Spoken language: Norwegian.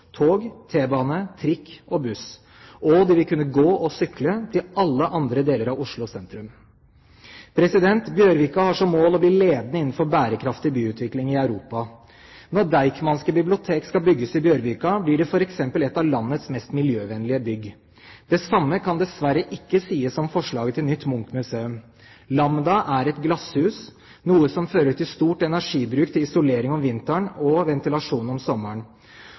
tog, t-bane, trikk og buss. De vil kunne gå og sykle til alle andre deler av Oslo sentrum. Bjørvika har som mål å bli ledende innenfor bærekraftig byutvikling i Europa. Når Deichmanske bibliotek skal bygges i Bjørvika, blir det f.eks. et av landets mest miljøvennlige bygg. Det samme kan dessverre ikke sies om forslaget til nytt Munch-museum. Lambda er et glasshus, noe som fører til stor energibruk – isolering om vinteren og ventilasjon om sommeren.